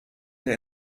der